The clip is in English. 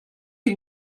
you